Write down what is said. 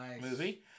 movie